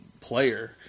player